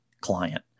client